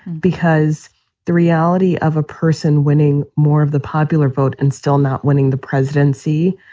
because the reality of a person winning more of the popular vote and still not winning the presidency,